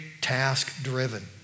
task-driven